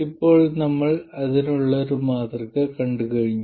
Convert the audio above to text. ഇപ്പോൾ നമ്മൾ ഇതിനുള്ള ഒരു മാതൃക കണ്ടുകഴിഞ്ഞു